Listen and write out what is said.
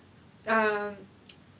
err